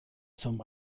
zum